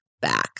back